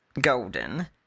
golden